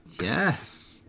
Yes